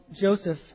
Joseph